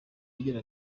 agira